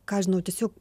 ką žinau tiesiog